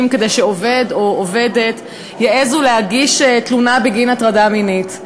כדי שעובד או עובדת יעזו להגיש תלונה בגין הטרדה מינית.